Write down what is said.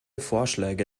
vorschläge